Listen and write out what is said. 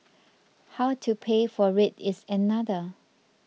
how to pay for it is another